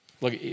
Look